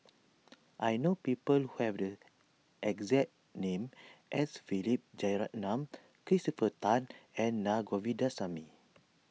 I know people who have the exact name as Philip Jeyaretnam Christopher Tan and Naa Govindasamy